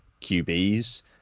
QBs